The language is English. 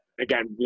Again